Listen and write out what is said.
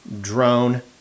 drone